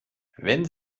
wenn